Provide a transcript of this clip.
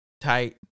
tight